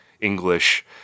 english